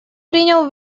принял